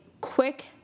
quick